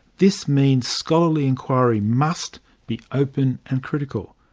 this means scholarly inquiry must be open and critical.